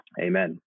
Amen